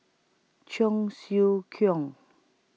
Cheong Siew Keong